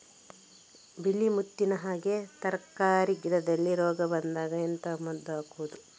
ಬಿಳಿ ಮುತ್ತಿನ ಹಾಗೆ ತರ್ಕಾರಿ ಗಿಡದಲ್ಲಿ ರೋಗ ಬಂದಾಗ ಎಂತ ಮದ್ದು ಹಾಕುವುದು?